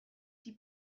die